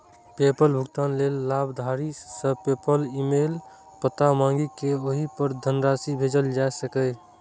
PayPal भुगतान लेल लाभार्थी सं पेपल ईमेल पता मांगि कें ओहि पर धनराशि भेजल जा सकैए